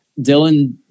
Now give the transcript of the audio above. Dylan